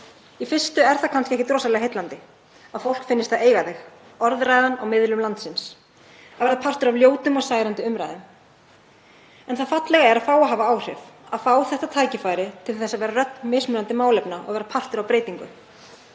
Í fyrstu er það kannski ekkert rosalega heillandi að fólki finnist það eiga þig, orðræðan á miðlum landsins, að vera partur af ljótum og særandi umræðum. En það fallega er að fá að hafa áhrif, að fá tækifæri til að vera rödd mismunandi málefna og vera partur af breytingum.